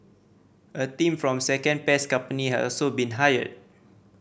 a team from a second pest company has also been hired